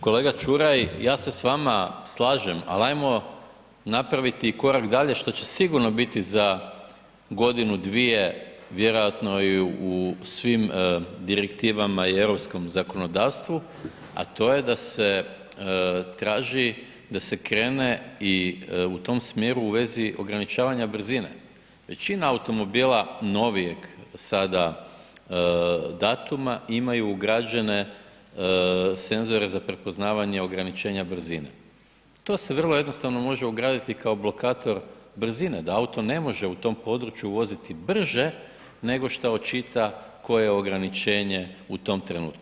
Kolega Čuraj, ja se s vama slažem, a lajmo napraviti korak dalje što će sigurno biti za godinu dvije vjerojatno i u svim direktivama i europskom zakonodavstvu, a to je da se traži, da se krene i u tom smjeru i u vezi ograničavanja brzine, većina automobila novijeg sada datuma imaju ugrađene senzore za prepoznavanje ograničenja brzine, to se vrlo jednostavno može ugraditi kao blokator brzine da auto ne može u tom području voziti brže nego šta očita koje je ograničenje u tom trenutku.